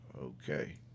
Okay